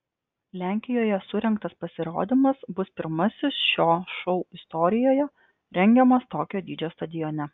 lenkijoje surengtas pasirodymas bus pirmasis šio šou istorijoje rengiamas tokio dydžio stadione